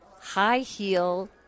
high-heel